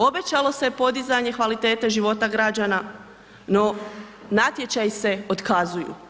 Obećalo se podizanje kvalitete života građana, no natječaji se otkazuju.